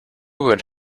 would